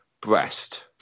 breast